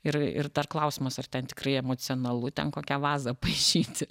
ir ir dar klausimas ar ten tikrai emocionalu ten kokią vazą paišyti